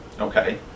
Okay